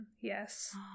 Yes